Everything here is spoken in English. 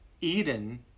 Eden